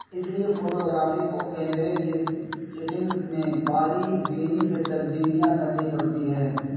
اس لیے فوٹوگرافی کو کیمرے کی شیٹنگ میں باریک بینی سے تبدیلیاں کرنی پڑتی ہے